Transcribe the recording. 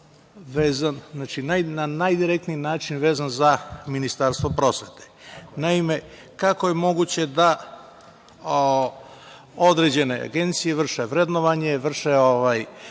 na najdirektniji način vezan za Ministarstvo prosvete. Naime, kako je moguće da određene agencije vrše vrednovanje, vrše